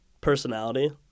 personality